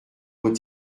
vos